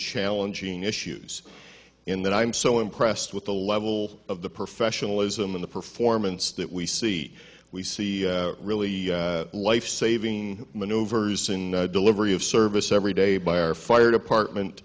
challenging issues in that i'm so impressed with the level of the professionalism in the performance that we see we see really lifesaving maneuvers in the delivery of service every day by our fire department